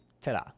Ta-da